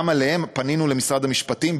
גם עליהם פנינו למשרד המשפטים,